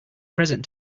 present